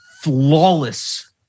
flawless